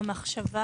המחשבה